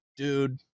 Dude